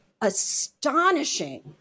astonishing